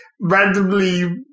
Randomly